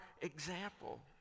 example